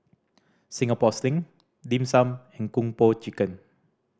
Singapore Sling Dim Sum and Kung Po Chicken